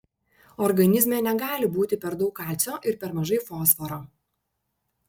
organizme negali būti per daug kalcio ir per mažai fosforo